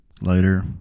Later